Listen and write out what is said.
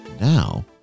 Now